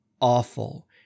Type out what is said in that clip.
awful